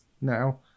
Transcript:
now